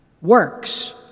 Works